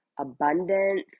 abundance